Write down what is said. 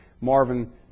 Marvin